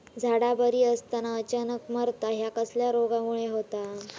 झाडा बरी असताना अचानक मरता हया कसल्या रोगामुळे होता?